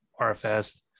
rfs